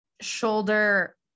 shoulder